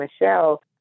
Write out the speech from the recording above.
Michelle